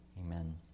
Amen